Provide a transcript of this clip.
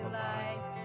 life